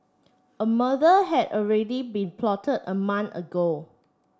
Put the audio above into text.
a murder had already been plotted a month ago